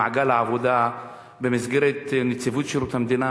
במעגל העבודה במסגרת נציבות שירות המדינה,